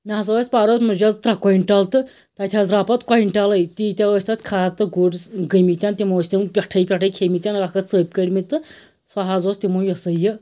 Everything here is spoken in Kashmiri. مےٚ ہَسا ٲسۍ پَرُس مُجیَس ترٛےٚ کۄینٹَل تہٕ تتہِ حظ درٛاو پَتہٕ کۄینٹَلے تۭتیاہ ٲسۍ تتھ کھَر تہٕ گُرۍ گٔمتٮ۪ن تِمو ٲسۍ تِم پٮ۪ٹھٕے پٮ۪ٹھٕے کھٮ۪مٕتٮ۪ن اکھ اکھ ژٔپۍ کٔڈمتۍ تہٕ سُہ حظ اوس تِمو یہِ ہَسا یہِ